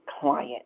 client